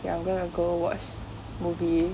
okay I'm going to go watch movie